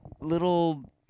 little